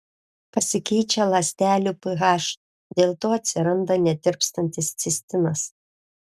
pasikeičia ląstelių ph dėl to atsiranda netirpstantis cistinas